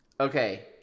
Okay